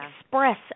express